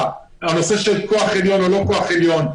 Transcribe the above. הנושא של כוח עליון או לא כוח עליון,